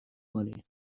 کنین